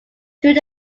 though